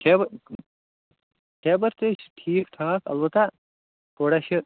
خیبر تہِ ہے چھِ ٹھیٖک ٹھاک البتہ تھوڑا چھِ